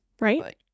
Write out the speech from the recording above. right